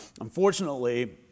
Unfortunately